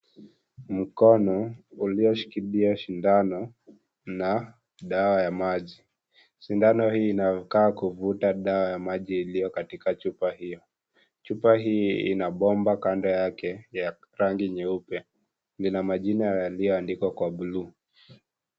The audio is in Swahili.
Mkono ulioshikilia shindano na dawa ya maji, shindano hii inakaa kuvuta dawa ya maji iliyo katika chupa hiyo, chupa hii ina bomba kando yake ya rangi nyeupe, ina majina yaliyoandikwa kwa bulu.